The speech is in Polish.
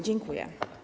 Dziękuję.